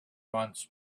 months